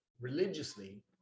religiously